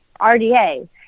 RDA